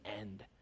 end